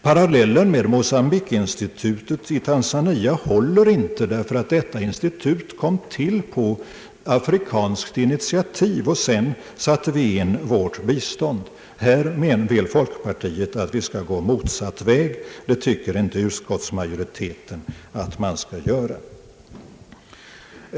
Parallellen med Mocambique-institutet i Tanzania håller inte, ty detta institut kom till på afrikanskt initiativ, och sedan satte vi in vårt bistånd. Här menar folkpartiet att vi skall gå motsatt väg. Det tycker inte utskottsmajoriteten att man skall göra.